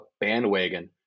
bandwagon